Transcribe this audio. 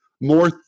more